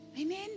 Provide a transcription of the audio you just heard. Amen